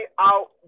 out